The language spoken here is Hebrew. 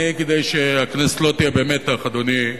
כדי שהכנסת לא תהיה במתח, אדוני,